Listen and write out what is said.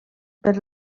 per